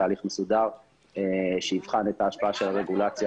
תהליך מסודר שיבחן את ההשפעה של הרגולציה,